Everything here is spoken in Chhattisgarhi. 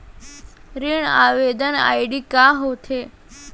ऋण आवेदन आई.डी का होत हे?